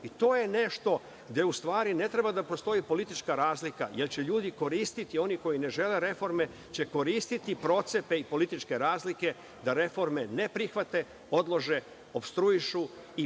To je nešto gde ne treba da postoji politička razlika, jer će ljudi koristiti, oni koji ne žele reforme će koristiti procepe i političke razlike da reforme ne prihvate, odlože, opstruišu i